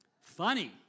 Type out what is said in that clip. Funny